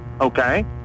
okay